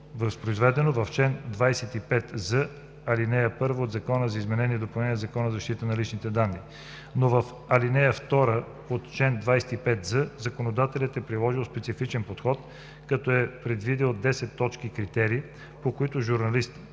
възпроизведено в чл. 25з, ал. 1 от Закона за изменение и допълнение на Закона за защита на личните данни, но в ал. 2 на чл. 25з законодателят е приложил специфичен подход, като е предвидил 10 точки критерии, по които журналист,